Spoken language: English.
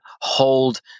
hold